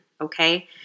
Okay